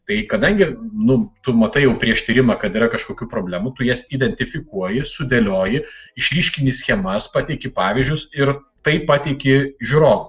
tai kadangi nu tu matai jau prieš tyrimą kad yra kažkokių problemų tu jas identifikuoji sudėlioji išryškini schemas pateiki pavyzdžius ir tai pateiki žiūrovui